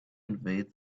invade